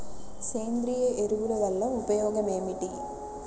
సేంద్రీయ ఎరువుల వల్ల ఉపయోగమేమిటీ?